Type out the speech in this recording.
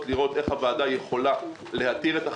לראות איך הוועדה יכולה להתיר את החסמים,